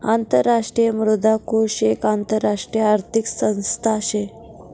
आंतरराष्ट्रीय मुद्रा कोष एक आंतरराष्ट्रीय आर्थिक संस्था शे